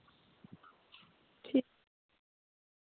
ठीक